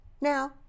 Now